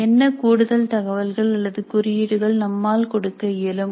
என்ன கூடுதல் தகவல்கள் அல்லது குறியீடுகள் நம்மால் கொடுக்க இயலும்